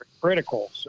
critical